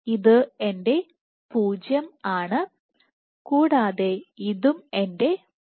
ഇത് എന്റെ 0 ആണ് കൂടാതെ ഇതും എന്റെ 0 ആണ്